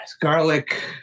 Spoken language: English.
garlic